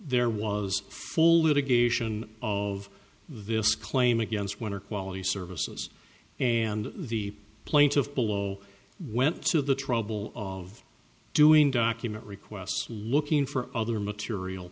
there was full litigation of this claim against one or quality services and the plaintiff below went to the trouble of doing document requests looking for other material